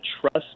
trust